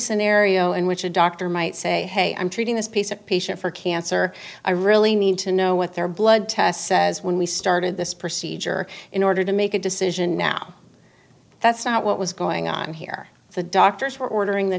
scenario in which a doctor might say hey i'm treating this piece of patient for cancer i really need to know what their blood test says when we started this procedure in order to make a decision now that's not what was going on here the doctors were ordering the